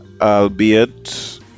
albeit